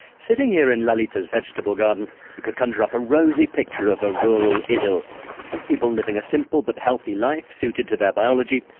sitting here in lalitha's vegetable garden, we could conjure up a rosy picture of a rural idyll of people living a simple but healthy life suited to their biology,